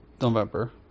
November